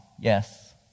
yes